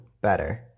better